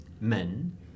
men